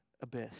abyss